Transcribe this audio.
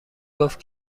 گفت